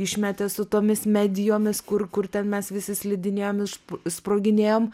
išmetė su tomis medijomis kur kur ten mes visi slidinėjom iš sproginėjom